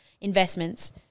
Investments